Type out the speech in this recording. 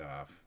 off